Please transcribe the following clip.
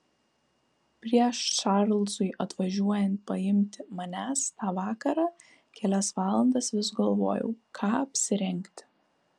prieš čarlzui atvažiuojant paimti manęs tą vakarą kelias valandas vis galvojau ką apsirengti